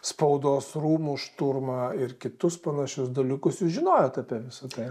spaudos rūmų šturmą ir kitus panašius dalykus jūs žinojot apie visa tai